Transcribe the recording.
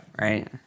Right